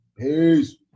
Peace